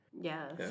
Yes